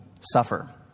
suffer